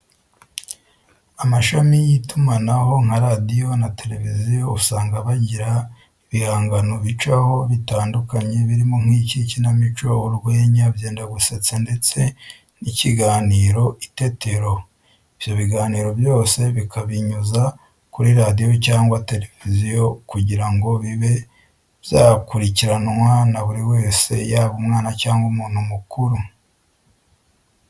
Amashami y'itumanaho nka radiyo na tereviziyo usanga bajyira ibihangano bicaho bitandukanye harimo nk'icyinamico, urwenya, byendagusetsa ndetse n'icyiganiro itetero .Ibyo biganiro byose bakabinyuza kuri radiyo cyangwa tereviziyo kujyira ngo bibe byakuricyiranwa na buri wese yaba umwana cyangwa umuntu mukuru.